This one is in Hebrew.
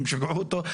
הם שיגעו אותו.